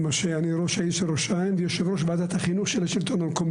היא אמרה שזה לא השתנה --- אבל גם הרשימה לא השתנתה.